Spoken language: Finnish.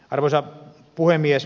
arvoisa puhemies